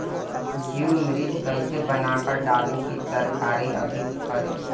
जीवमृत कईसे बनाकर डाली की तरकरी अधिक फरे?